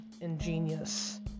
ingenious